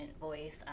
voice